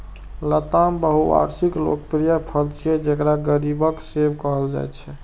लताम बहुवार्षिक लोकप्रिय फल छियै, जेकरा गरीबक सेब कहल जाइ छै